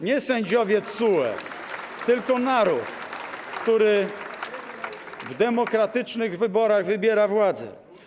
Nie sędziowie TSUE, tylko naród, który w demokratycznych wyborach wybiera władzę.